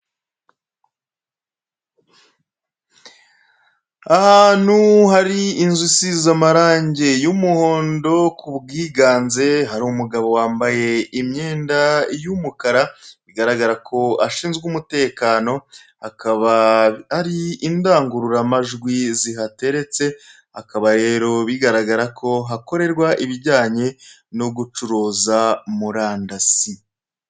Ahantu hari inzu isinze amarangi y'umuhondo kubwiganze, hari umugabo wambaye imyenda y'umukara bigaragara ko ashinzwe umutekano, hakaba hari indangurura majwi zihateretse hakaba rero bigaragara ko hakorerwa ibijyanye no gucuruza murandasi.